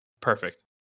perfect